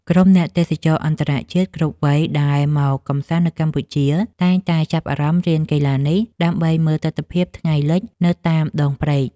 ក្រុមអ្នកទេសចរអន្តរជាតិគ្រប់វ័យដែលមកកម្សាន្តនៅកម្ពុជា តែងតែចាប់អារម្មណ៍រៀនកីឡានេះ ដើម្បីមើលទិដ្ឋភាពថ្ងៃលិចនៅតាមដងព្រែក។